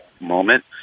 moment